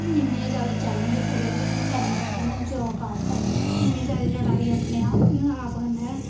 इ'न्ने जैदा चैलेंज पूरे करने पौंदे न जाब आस्तै इ'न्नी जैदा लड़ाई अपने आप कन्नै